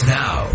now